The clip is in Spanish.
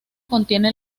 contiene